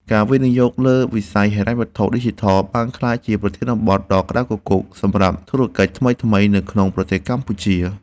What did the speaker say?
ការវិនិយោគលើវិស័យហិរញ្ញវត្ថុឌីជីថលបានក្លាយជាប្រធានបទដ៏ក្តៅគគុកសម្រាប់ធុរកិច្ចថ្មីៗនៅក្នុងប្រទេសកម្ពុជា។